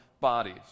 bodies